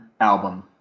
album